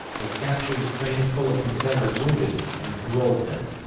it captured a train full of confederate wounded and paroled them.